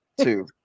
two